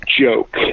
joke